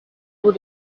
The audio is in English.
able